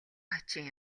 хачин